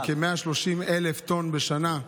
מדובר על כ-130,000 טונות בשנה,